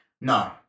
No